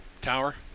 Tower